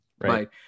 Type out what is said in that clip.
Right